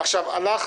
--- אני רוצה גם ועדה